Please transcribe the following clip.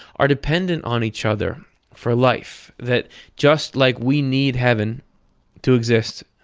are dependent on each other for life. that just like we need heaven to exist,